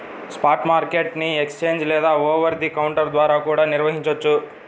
spot market ని exchange లేదా over the counter ద్వారా కూడా నిర్వహించొచ్చు